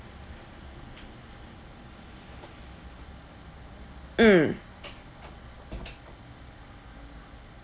mm